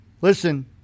listen